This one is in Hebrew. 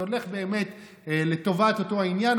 הולכים באמת לטובת אותו עניין,